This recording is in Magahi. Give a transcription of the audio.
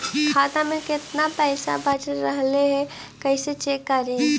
खाता में केतना पैसा बच रहले हे कैसे चेक करी?